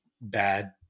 bad